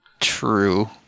True